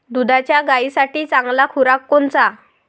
दुधाच्या गायीसाठी चांगला खुराक कोनचा?